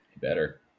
Better